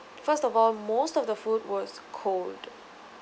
first of all most of the food was cold